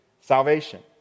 salvation